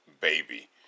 baby